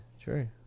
true